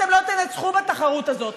אתם לא תנצחו בתחרות הזאת,